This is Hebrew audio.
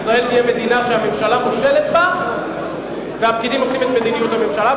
ישראל תהיה מדינה שהממשלה מושלת בה והפקידים עושים את מדיניות הממשלה.